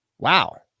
Wow